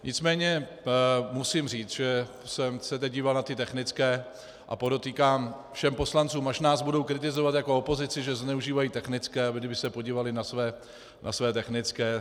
Nicméně musím říct, že jsem se teď díval na ty technické, a podotýkám všem poslancům, až nás budou kritizovat jako opozici, že zneužívají technické, kdyby se podívali na své technické.